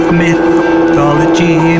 mythology